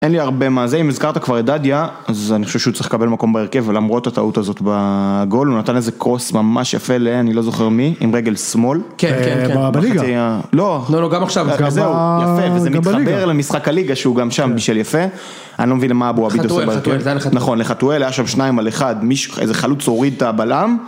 אין לי הרבה מה זה, אם הזכרת כבר את דדיה, אז אני חושב שהוא צריך לקבל מקום בהרכב, ולמרות הטעות הזאת בגול, הוא נתן איזה קרוס ממש יפה, ל...אני לא זוכר מי, עם רגל שמאל. כן, כן, כן, בליגה. לא, לא, גם עכשיו, זהו, יפה, וזה מתחבר למשחק הליגה, שהוא גם שם בשביל יפה. אני לא מבין מה אבו אביד עושה בחתואל. נכון, לחתואל היה שם שניים על אחד, איזה חלוץ הוריד את הבלם.